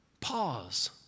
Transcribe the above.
pause